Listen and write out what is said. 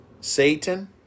Satan